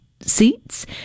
seats